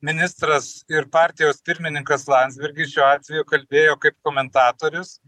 ministras ir partijos pirmininkas landsbergis šiuo atveju kalbėjo kaip komentatorius